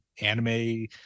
anime